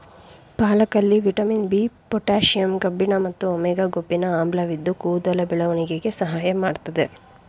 ಪಾಲಕಲ್ಲಿ vitamin B, potassium ಕಬ್ಬಿಣ ಮತ್ತು omega ಕೊಬ್ಬಿನ ಆಮ್ಲವಿದ್ದು ಕೂದಲ ಬೆಳವಣಿಗೆಗೆ ಸಹಾಯ ಮಾಡ್ತದೆ